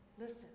Listen